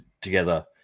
together